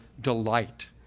delight